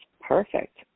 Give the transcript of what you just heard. perfect